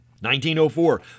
1904